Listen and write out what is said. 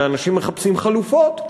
הרי אנשים מחפשים חלופות.